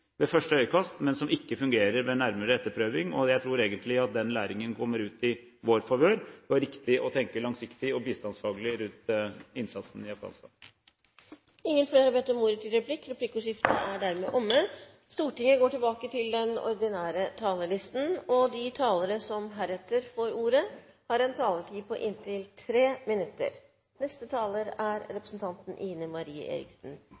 ved første øyekast, men som ikke fungerer ved nærmere etterprøving. Jeg tror egentlig at den læringen kommer ut i vår favør: Det var riktig å tenke langsiktig og bistandsfaglig rundt innsatsen i Afghanistan. Replikkordskiftet er omme. De talere som heretter får ordet, har en taletid på inntil 3 minutter. Først vil jeg få takke for en veldig god og